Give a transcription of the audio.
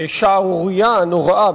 השערורייה הנוראה,